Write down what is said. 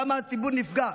כמה הציבור נפגע,